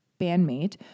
bandmate